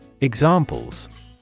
Examples